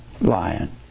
lion